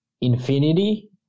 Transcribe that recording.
Infinity